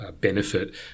benefit